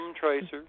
tracer